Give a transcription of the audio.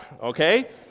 okay